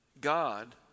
God